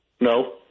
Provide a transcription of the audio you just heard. No